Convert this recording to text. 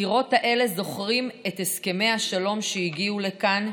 הקירות האלה זוכרים את הסכמי השלום שהגיעו לכאן,